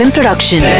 Production